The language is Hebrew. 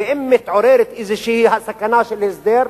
ואם מתעוררת איזושהי סכנה של הסדר,